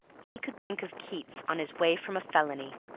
he could think of keats on his way from a felony!